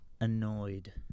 annoyed